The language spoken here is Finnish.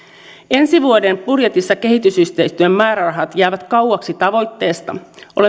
ensi vuoden budjetissa kehitysyhteistyön määrärahat jäävät kauaksi tavoitteesta olemme